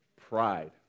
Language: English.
Pride